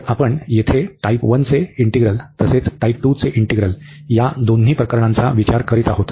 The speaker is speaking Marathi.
तर आपण येथे टाइप 1 चे इंटीग्रल तसेच टाइप 2 चे इंटीग्रल या दोन्ही प्रकरणांचा विचार करीत आहोत